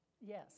Yes